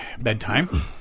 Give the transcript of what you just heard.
bedtime